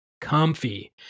comfy